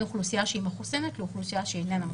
אוכלוסייה מחוסנת לאוכלוסייה שאינה מחוסנת.